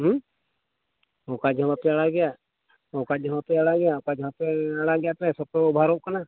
ᱦᱮᱸ ᱚᱠᱟ ᱡᱚᱦᱚᱜ ᱵᱟᱯᱮ ᱟᱲᱟᱜᱮᱜᱼᱟ ᱚᱠᱟ ᱡᱚᱦᱚᱜ ᱵᱟᱯᱮ ᱟᱲᱟᱜᱮᱜᱼᱟ ᱚᱠᱟ ᱡᱚᱦᱚᱜ ᱚᱠᱟ ᱡᱚᱦᱚᱜ ᱯᱮ ᱟᱲᱟᱜᱮᱜᱼᱟ ᱯᱮ ᱥᱚᱠᱛᱚ ᱚᱵᱷᱟᱨᱚᱜ ᱠᱟᱱᱟ